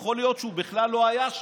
יכול להיות שהוא בכלל לא היה שם,